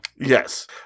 Yes